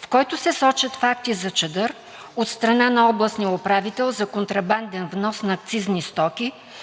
в който се сочат факти за чадър от страна на областния управител за контрабанден внос на акцизни стоки,